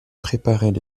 préparaient